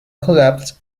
collapsed